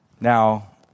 Now